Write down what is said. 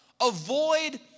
Avoid